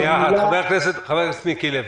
חבר הכנסת מיקי לוי.